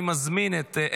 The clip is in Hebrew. אני מזמין את,